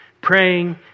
praying